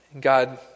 God